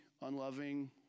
unloving